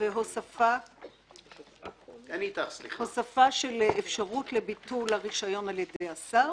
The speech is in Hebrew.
והוספה של אפשרות לביטול הרישיון על ידי השר